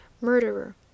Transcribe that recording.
Murderer